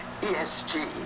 ESG